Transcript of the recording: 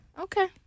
Okay